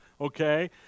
okay